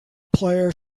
player